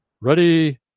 Ready